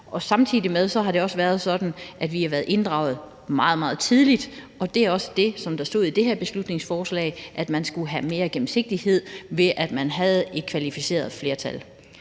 os. Samtidig med det har det også været sådan, at vi har været inddraget meget, meget tidligt, og det er også det, som der stod i det her beslutningsforslag, nemlig at man skulle have mere gennemsigtighed, ved at man havde et kvalificeret flertal.